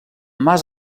mas